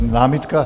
Námitka.